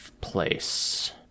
place